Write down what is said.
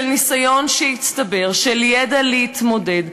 של ניסיון שהצטבר, של ידע להתמודד.